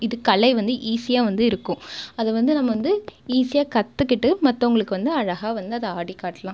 இது கலை வந்து ஈஸியாக வந்து இருக்கும் அது வந்து நம்ம வந்து ஈஸியாக கற்றுக்கிட்டு மற்றவங்களுக்கு வந்து அழகாக வந்து அதை ஆடி காட்டலாம்